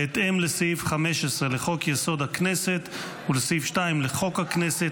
בהתאם לסעיף 15 לחוק-יסוד: הכנסת ולסעיף 2 לחוק הכנסת,